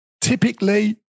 typically